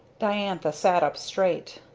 diantha sat up straight.